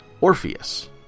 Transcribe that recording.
Orpheus